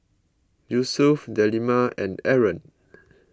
Yusuf Delima and Aaron